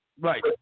Right